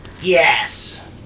Yes